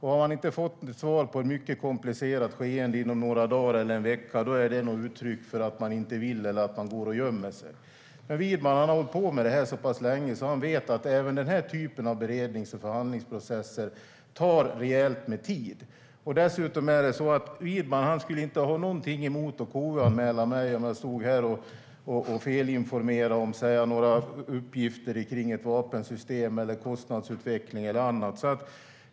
Har han inte fått svar angående ett mycket komplicerat skeende inom några dagar eller en vecka anser han det vara ett uttryck för att man inte vill svara eller att man går och gömmer sig. Men Widman har hållit på med det här så pass länge att han vet att även den här typen av berednings och förhandlingsprocesser tar rejält med tid. Dessutom är det så att Widman inte skulle ha någonting emot att KU-anmäla mig om jag stod här och felinformerade och kom med oriktiga uppgifter om vapensystem, kostnadsutveckling eller annat.